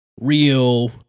real